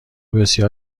بسیار